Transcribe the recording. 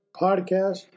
podcast